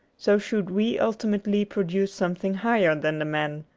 so should we ultimately produce something higher than the man.